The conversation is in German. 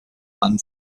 man